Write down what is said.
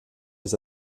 des